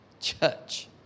church